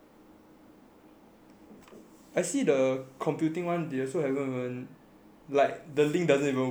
I see the computing one like they also haven't even like the link doesn't even work for the computing page